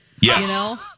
Yes